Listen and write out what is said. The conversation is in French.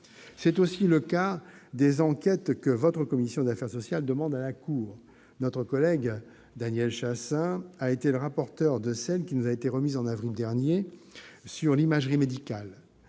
C'est aussi le cas des enquêtes que la commission des affaires sociales demande à la Cour. Notre collègue Daniel Chasseing a été le rapporteur de celle qui nous a été remise au mois d'avril dernier sur l'imagerie médicale,